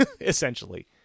essentially